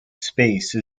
space